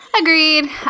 agreed